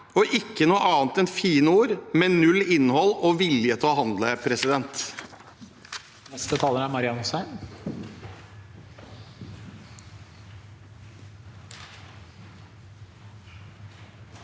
og ikke noe annet enn fine ord med null innhold og vilje til å handle. Marian